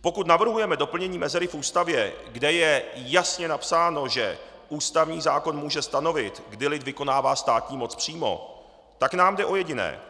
Pokud navrhujeme doplnění mezery v Ústavě, kde je jasně napsáno, že ústavní zákon může stanovit, kdy lid vykonává státní moc přímo, tak nám jde o jediné: